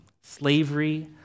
slavery